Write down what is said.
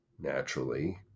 naturally